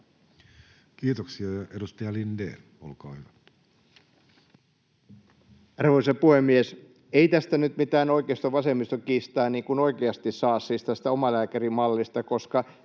Kiitoksia. — Edustaja Lindén, olkaa hyvä. Arvoisa puhemies! Ei tästä nyt mitään oikeisto—vasemmisto-kiistaa oikeasti saa, siis tästä omalääkärimallista, koska